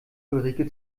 ulrike